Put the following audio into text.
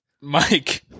Mike